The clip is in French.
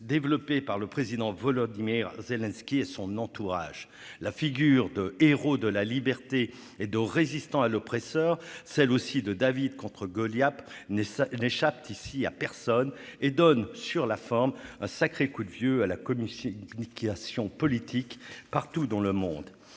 développé par le président Volodymyr Zelensky et son entourage. La figure de héros de la liberté et de résistant à l'oppresseur, celle de David contre Goliath, n'échappe ici à personne et donne, sur la forme, un sacré coup de vieux à la communication politique partout dans le monde.